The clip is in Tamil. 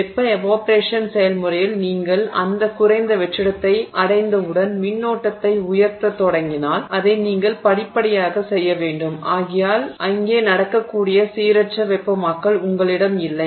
வெப்ப எவாப்பொரேஷன் செயல்முறையில் நீங்கள் அந்தக் குறைந்த வெற்றிடத்தை அடைந்தவுடன் மின்னோட்டத்தை உயர்த்தத் தொடங்கினால் அதை நீங்கள் படிப்படியாக செய்ய வேண்டும் ஆகையால் அங்கே நடக்கக்கூடிய சீரற்ற வெப்பமாக்கல் உங்களிடம் இல்லை